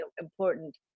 important